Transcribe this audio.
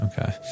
Okay